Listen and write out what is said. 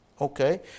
Okay